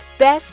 Best